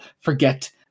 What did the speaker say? forget